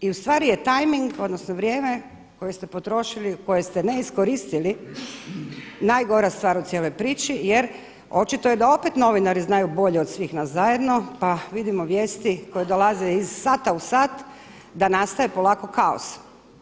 I u stvari je timing, odnosno vrijeme koje ste potrošili, koje ste ne iskoristili najgora stvar u cijeloj priči, jer očito je da opet novinari znaju bolje od svih nas zajedno, pa vidimo vijesti koje dolaze iz sata u sat da nastaje polako kaos.